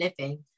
living